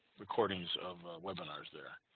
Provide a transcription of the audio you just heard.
recordings of webinars there.